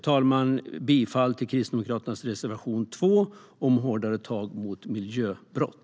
Jag yrkar bifall till Kristdemokraternas reservation 2 om hårdare tag mot miljöbrott.